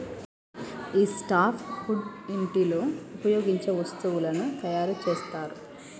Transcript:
గీ soft wood ఇంటిలో ఉపయోగించే వస్తువులను తయారు చేస్తరు